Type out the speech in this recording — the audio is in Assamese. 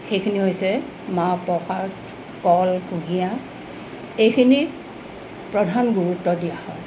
সেইখিনি হৈছে মা প্ৰসাদ কল কুঁহিয়াৰ এইখিনিক প্ৰধান গুৰুত্ব দিয়া হয়